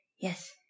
Yes